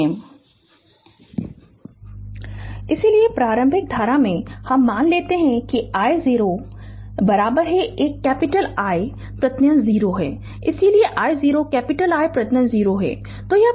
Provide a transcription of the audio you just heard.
Refer Slide Time 0811 इसलिए प्रारंभिक धारा में हम मान लेते हैं कि I0 वह कैपिटल I प्रत्यय 0 है इसलिए I0 कैपिटल I प्रत्यय 0 है